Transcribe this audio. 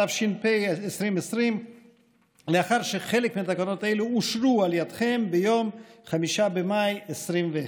התש"ף 2020. לאחר שחלק מתקנות אלו אושרו על ידיכם ביום 5 במאי 2021,